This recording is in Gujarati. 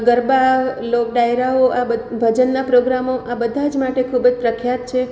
ગરબા લોક ડાયરાઓ આ ભજનના પ્રોગ્રામો આ બધાં જ માટે ખૂબ જ પ્રખ્યાત છે